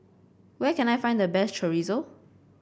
where can I find the best Chorizo